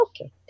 okay